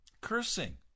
cursing